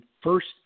first